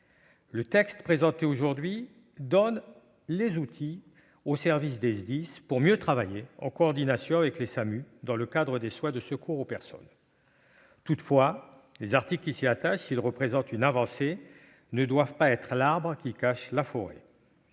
Le texte présenté aujourd'hui donne les outils nécessaires aux SDIS pour mieux travailler en coordination avec les SAMU dans le cadre des soins de secours aux personnes. Toutefois, les articles qui s'y attachent, s'ils constituent une avancée, ne doivent pas être l'arbre qui cache la forêt.